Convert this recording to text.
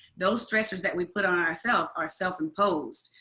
those stressors that we put on ourself are self-imposed.